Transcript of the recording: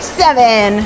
seven